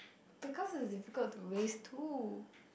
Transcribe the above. because it's difficult to raise two